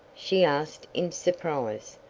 she asked in surprise.